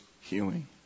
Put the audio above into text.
healing